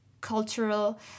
cultural